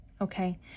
Okay